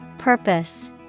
purpose